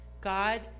God